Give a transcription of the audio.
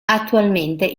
attualmente